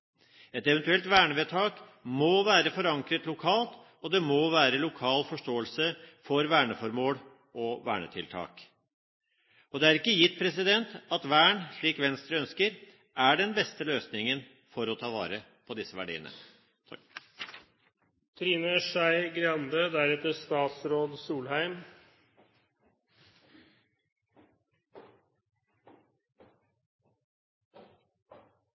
Et eventuelt vernevedtak må være forankret lokalt, og det må være lokal forståelse for verneformål og vernetiltak. Det er ikke gitt at vern, slik Venstre ønsker, er den beste løsningen for å ta vare på disse verdiene.